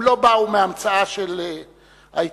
הם לא באו מהמצאה של העיתון.